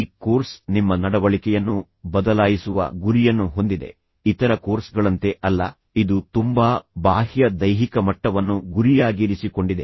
ಈ ಕೋರ್ಸ್ ನಿಮ್ಮ ನಡವಳಿಕೆಯನ್ನು ಬದಲಾಯಿಸುವ ಗುರಿಯನ್ನು ಹೊಂದಿದೆ ಇತರ ಕೋರ್ಸ್ಗಳಂತೆ ಅಲ್ಲ ಇದು ತುಂಬಾ ಬಾಹ್ಯ ದೈಹಿಕ ಮಟ್ಟವನ್ನು ಗುರಿಯಾಗಿರಿಸಿಕೊಂಡಿದೆ